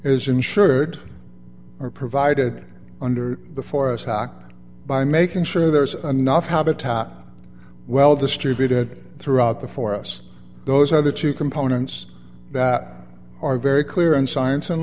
is ensured or provided under the forest act by making sure there's enough habitat well distributed throughout the forest those are the two components that are very clear in science and